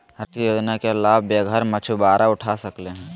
राष्ट्रीय योजना के लाभ बेघर मछुवारा उठा सकले हें